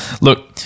Look